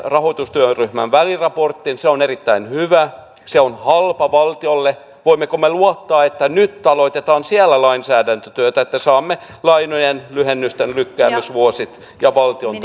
rahoitustyöryhmän väliraportin se on erittäin hyvä se on halpa valtiolle voimmeko me luottaa että nyt aloitetaan siellä lainsäädäntötyö että saamme lainojen lyhennysten lykkäysvuoden ja valtion